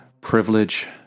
privilege